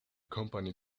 company